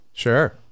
sure